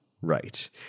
right